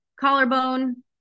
collarbone